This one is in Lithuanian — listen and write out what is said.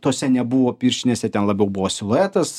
tose nebuvo pirštinėse ten labiau buvo siluetas